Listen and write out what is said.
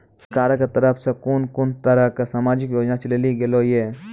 सरकारक तरफ सॅ कून कून तरहक समाजिक योजना चलेली गेलै ये?